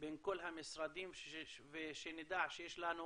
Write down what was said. בין כל המשרדים ושנדע שיש לנו